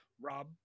Rob